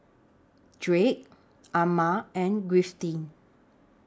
Drake Ammon and Griffith